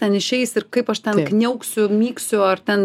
ten išeis ir kaip aš ten kniauksiu myksiu ar ten x